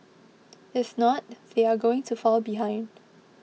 if not they are going to fall behind